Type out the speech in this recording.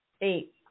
Eight